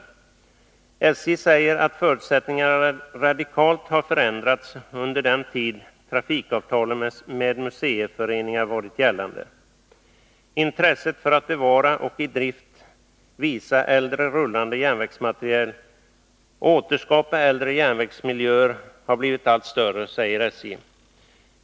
SJ säger att förutsättningarna radikalt har förändrats under den tid som trafikavtalen med museiföreningar har varit gällande. Intresset för att bevara, att visa äldre rullande järnvägsmateriel i drift och att återskapa äldre järnvägsmiljöer har blivit allt större, säger SJ.